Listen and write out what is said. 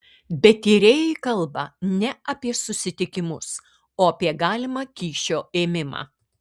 bet tyrėjai kalba ne apie susitikimus o apie galimą kyšio ėmimą